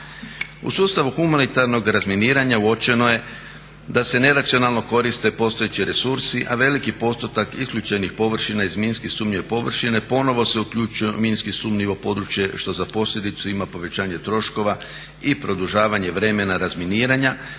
U sustavu humanitarnog razminiranja uočeno je da se neracionalno koriste postojeći resursi, a veliki postotak isključenih površina iz minski sumnjive površine ponovno se uključuje u minski sumnjivo područje što za posljedicu ima povećanje troškova i produžavanje vremena razminiranja